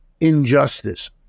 injustice